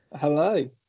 Hello